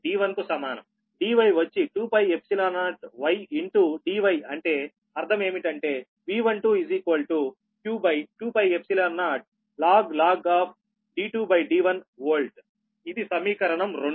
dy వచ్చి 2Π 0y into dy అంటే అర్థం ఏమిటి అంటే V12 q2π0log D2D1 volt ఇది సమీకరణం 2